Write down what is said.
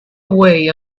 away